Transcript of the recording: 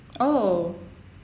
oh